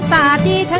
ah da da